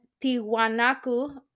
Tiwanaku